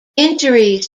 injuries